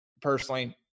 personally